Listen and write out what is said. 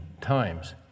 times